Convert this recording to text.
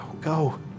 go